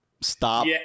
stop